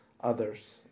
others